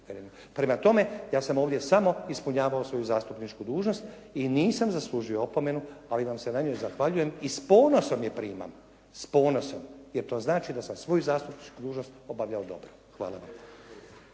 Prema tome ja sam ovdje samo ispunjavao svoju zastupničku dužnost i nisam zaslužio opomenu ali vam se na njoj zahvaljujem i s ponosom je primam. S ponosom jer to znači da sam svoju zastupničku dužnost obavljao dobro. Hvala vam.